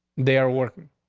they are working,